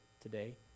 today